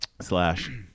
slash